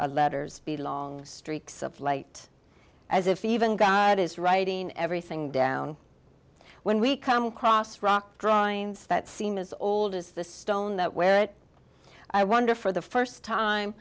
our letters the long streaks of light as if even god is writing everything down when we come across rock drawings that seem as old as the stone that wear it i wonder for the first time